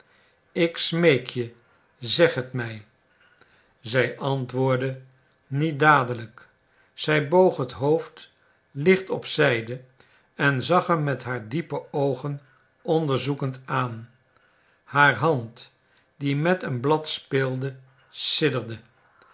ik smeek je zeg het mij zij antwoordde niet dadelijk zij boog het hoofd licht op zijde en zag hem met haar diepe oogen onderzoekend aan haar hand die met een blad speelde